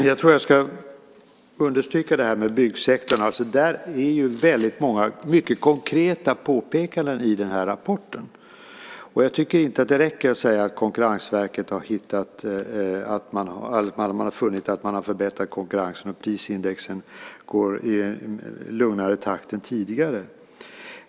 Herr talman! Jag vill nog understryka detta med byggsektorn. På det området finns det väldigt många mycket konkreta påpekanden i rapporten. Jag tycker inte att det räcker att säga att Konkurrensverket har funnit att konkurrensen förbättrats och att prisindex går i en lugnare takt än tidigare.